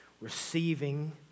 receiving